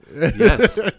yes